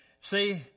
See